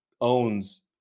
owns